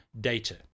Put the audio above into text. data